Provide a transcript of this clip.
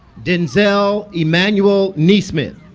denzel emmanuel nesmith